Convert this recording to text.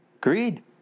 Greed